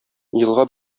елга